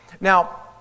Now